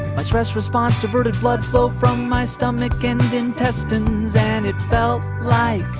my stress response diverted blood flow from my stomach and intestines, and it felt like